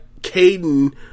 Caden